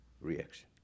reaction